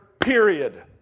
period